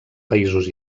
països